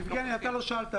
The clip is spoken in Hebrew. יבגני, אתה לא שאלת.